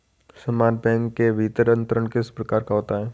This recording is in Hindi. समान बैंक के भीतर अंतरण किस प्रकार का होता है?